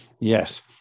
Yes